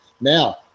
Now